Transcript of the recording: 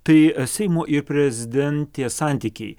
tai seimo ir prezidentės santykiai